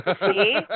See